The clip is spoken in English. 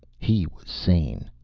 he was sane.